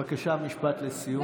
בבקשה, משפט לסיום.